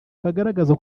kagaragaza